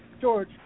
George